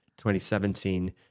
2017